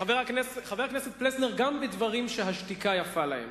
חבר הכנסת פלסנר, גם בדברים שהשתיקה יפה להם.